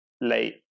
late